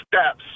steps